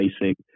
basic